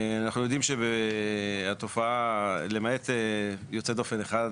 אנחנו יודעים שהתופעה, למעט יוצאת דופן אחת,